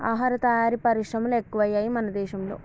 ఆహార తయారీ పరిశ్రమలు ఎక్కువయ్యాయి మన దేశం లో